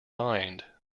mind